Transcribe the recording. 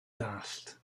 dallt